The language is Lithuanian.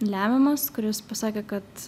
lemiamas kuris pasakė kad